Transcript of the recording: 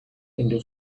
into